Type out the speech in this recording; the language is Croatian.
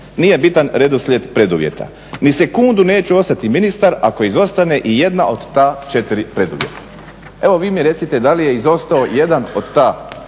Nije bitan redoslijed preduvjeta. Ni sekundu neću ostati ministar ako izostane i jedna od ta četiri preduvjeta. Evo vi mi recite da li je izostao jedan od ta četiri preduvjeta